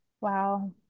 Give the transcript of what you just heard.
Wow